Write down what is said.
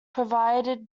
provided